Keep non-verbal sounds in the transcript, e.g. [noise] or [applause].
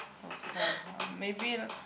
[noise] maybe lah